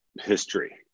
history